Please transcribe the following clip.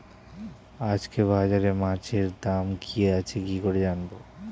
আজকে বাজারে মাছের দাম কি আছে কি করে জানবো?